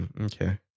okay